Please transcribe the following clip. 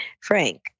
Frank